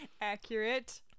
Accurate